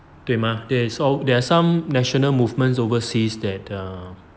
对吗 there's so there are some national movements overseas that uh